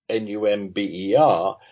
NUMBER